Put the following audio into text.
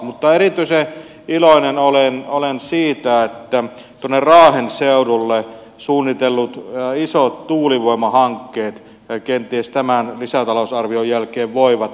mutta erityisen iloinen olen siitä että tuonne raahen seudulle suunnitellut isot tuulivoimahankkeet kenties tämän lisätalousarvion jälkeen voivat edetä